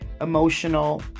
emotional